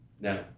No